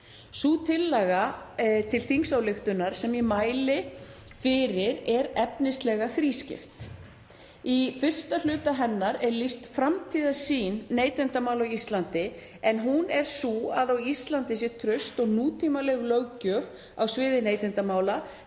Sú tillaga til þingsályktunar sem ég mæli fyrir er efnislega þrískipt. Í fyrsta hluta hennar er lýst framtíðarsýn neytendamála á Íslandi en hún er sú að á Íslandi sé traust og nútímaleg löggjöf á sviði neytendamála